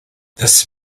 this